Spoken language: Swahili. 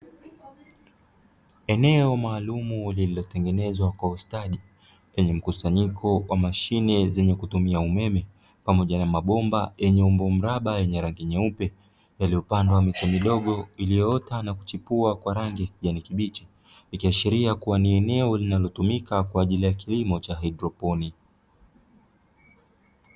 Eneo maalumu lililotengenezwa kwa ustadi penye mkusanyiko wa mashine zenye kutumia umeme pamoja na mabomba yenye umbo mraba yenye rangi nyeupe yaliyopandwa ya miche midogo iliyoota na kuchipua kwa rangi ya kibichi ikiashiria kuwa ni eneo linalotumika kwa ajili ya kilimo cha haidroponi.